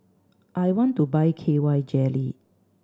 I want to buy K Y Jelly